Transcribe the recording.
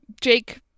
Jake